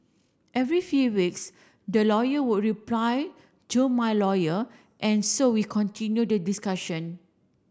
every few weeks their lawyer would reply to my lawyer and so we continued the discussion